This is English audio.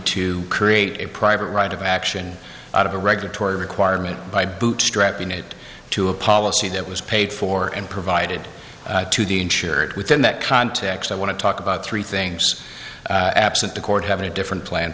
to create a private right of action out of a regulatory requirement by bootstrapping it to a policy that was paid for and provided to the insured within that context i want to talk about three things absent the court have a different plan